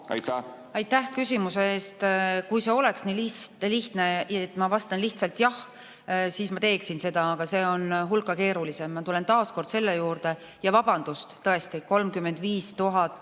Aitäh küsimuse eest! Kui see oleks nii lihtne, et ma saaksin vastata lihtsalt jah, siis ma teeksin seda. Aga see on hulka keerulisem. Ma tulen taas kord selle juurde, vabandust, aga tõesti, 35 000